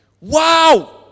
Wow